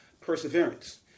perseverance